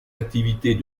activités